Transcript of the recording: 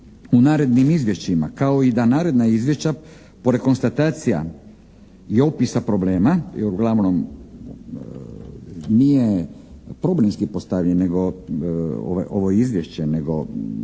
u narednim izvješćima kao i da naredna izvješća pored konstatacija i opisa problema, jer uglavnom nije problemski postavljen ovo izvješće nego